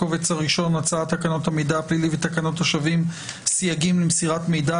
השבים: הצעת תקנות המידע הפלילי ותקנת השבים (סייגים למסירת מידע,